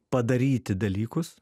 padaryti dalykus